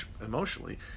emotionally